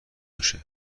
باشه